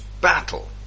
Battle